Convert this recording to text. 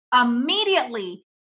Immediately